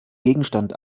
gegenstand